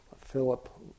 Philip